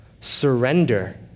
Surrender